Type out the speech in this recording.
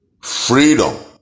Freedom